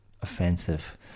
offensive